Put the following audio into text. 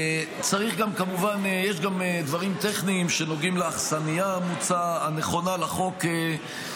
יש גם דברים טכניים שנוגעים לאכסניה הנכונה לחוק,